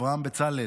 אברהם בצלאל,